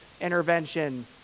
intervention